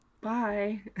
bye